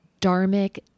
Dharmic